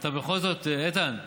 איתן ברושי,